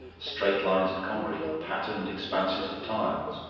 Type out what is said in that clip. straight lines of concrete, patterned expanses of tiles.